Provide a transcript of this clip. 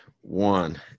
One